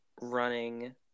running